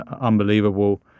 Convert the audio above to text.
unbelievable